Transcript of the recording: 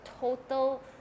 total